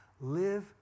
Live